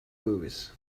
movies